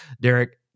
Derek